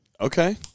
Okay